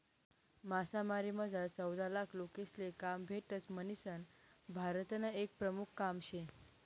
मासामारीमझार चौदालाख लोकेसले काम भेटस म्हणीसन भारतनं ते एक प्रमुख काम शे